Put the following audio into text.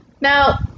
now